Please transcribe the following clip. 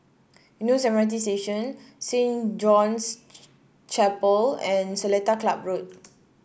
Eunos M R T Station Saint John's Chapel and Seletar Club Road